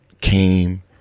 came